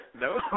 No